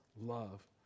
love